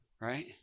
right